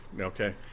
okay